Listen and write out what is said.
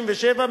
67,